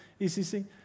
ECC